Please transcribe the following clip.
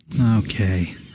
Okay